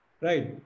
right